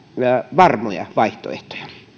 varmoja vaihtoehtoja